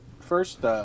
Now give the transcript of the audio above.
first